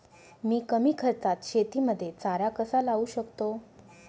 मी कमी खर्चात शेतीमध्ये चारा कसा लावू शकतो?